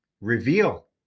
reveal